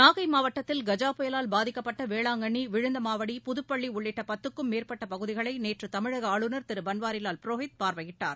நாகை மாவட்டத்தில் கஜா புயலால் பாதிக்கப்பட்ட வேளாங்கண்ணி விழுந்தமாவடி புதுப்பள்ளி உள்ளிட்ட பத்துக்கும் மேற்பட்ட பகுதிகளை நேற்று தமிழக ஆளுநர் திரு பள்வாரிவால் புரோஹித் பார்வையிட்டார்